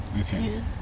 Okay